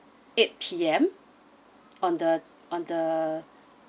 eight P_M on the on the